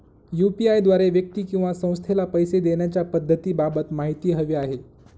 UPI द्वारे व्यक्ती किंवा संस्थेला पैसे देण्याच्या पद्धतींबाबत माहिती हवी आहे